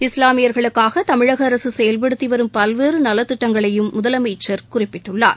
இஸ்லாமியர்களுக்காக தமிழக அரசு செயல்படுத்தி வரும் பல்வேறு நலத்திட்டங்களையும் முதலமைச்சர் குறிப்பிட்டுள்ளார்